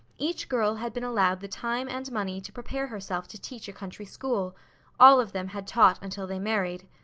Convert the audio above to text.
each girl had been allowed the time and money to prepare herself to teach a country school all of them had taught until they married.